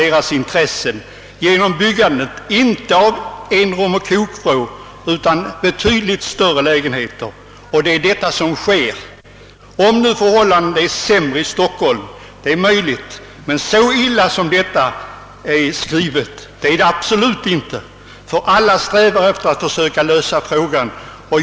De skall alltså inte bygga lägenheter bestående av ett rum och kokvrå, utan betydligt större lägenheter. Det är också det som sker nu. Det är möjligt att förhållandena är sämre i Stockholm, men så illa ställt som reservationen ger sken av är det absolut inte. Alla strävar nämligen efter att söka lösa frågan.